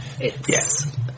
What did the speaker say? Yes